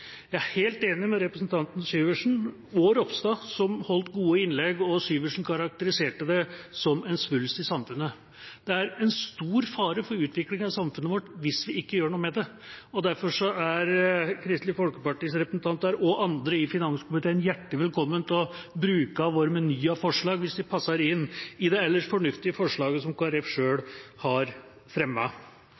Jeg er helt enig med representantene Syversen og Ropstad, som holdt gode innlegg. Syversen karakteriserte det som en «svulst» i samfunnet. Det er en stor fare for utviklingen av samfunnet vårt hvis vi ikke gjør noe med det. Derfor er Kristelig Folkepartis representanter og andre i finanskomiteen hjertelig velkommen til å bruke av vår meny av forslag, hvis den passer inn i det ellers fornuftige forslaget som Kristelig Folkeparti selv har